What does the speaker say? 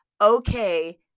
okay